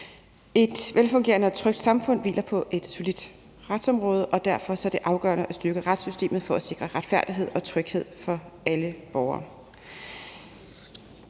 Et velfungerende og trygt samfund hviler på et solidt retsområde, og derfor er det afgørende at styrke retssystemet for at sikre retfærdighed og tryghed for alle borgere.